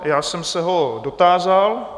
Já jsem se ho dotázal.